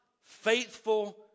faithful